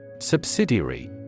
Subsidiary